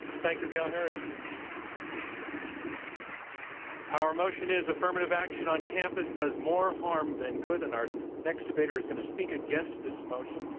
thank you, gail heriot. our our motion is affirmative action on campus does more harm than good. and our next debater is going to speak against this motion.